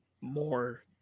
more